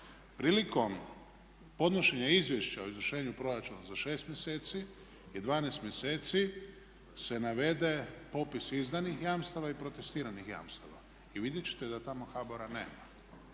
Prilikom podnošenja Izvješća o izvršenju proračuna za 6 mjeseci i 12 mjeseci se navede popis izdanih jamstava i protestiranih jamstava i vidjeti ćete da tamo HBOR-a nema.